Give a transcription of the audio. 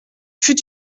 fut